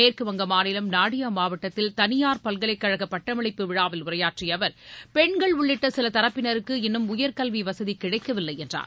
மேற்குவங்க மாநிலம் நாடியா மாவட்டத்தில் தனியார் பல்கலைக்கழக பட்டமளிப்பு விழாவில் உரையாற்றிய அவர் பெண்கள் உள்ளிட்ட சில தரப்பினருக்கு இன்னும் உயர்கல்வி வசதி கிடைக்கவில்லை என்றார்